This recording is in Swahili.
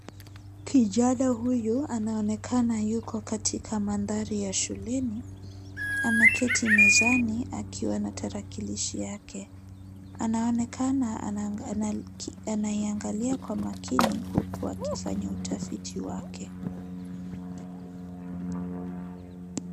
Kijana hutu anaonekana yuko katika mandhari ya shuleni. Ameketi mezani akiwa na tarakilishi yake. Anaonekana anaiangalia kwa makini huku akifanya utafiti wake.